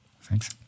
Thanks